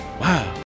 Wow